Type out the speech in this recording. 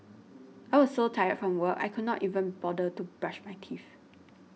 I was so tired from work I could not even bother to brush my teeth